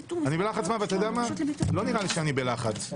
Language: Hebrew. ולא נראה לי שאני בלחץ.